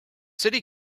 city